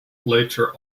later